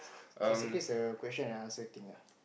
basically is a question and answer thing lah